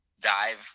dive